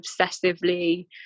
obsessively